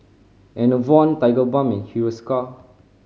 Enervon Tigerbalm Hiruscar